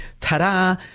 ta-da